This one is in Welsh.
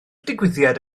digwyddiad